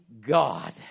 God